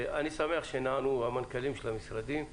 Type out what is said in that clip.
אני שמח שנענו המנכ"לים של המשרדים השונים.